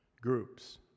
groups